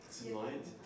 tonight